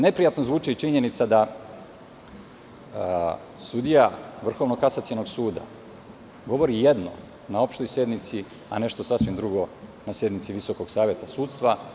Neprijatno zvuči činjenica da sudija Vrhovnog kasacionog suda govori jedno na opštoj sednici, a nešto sasvim drugo na sednici Visokog saveta sudstva.